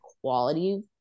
quality